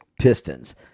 Pistons